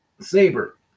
saber